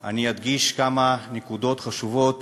אני אדגיש כמה נקודות חשובות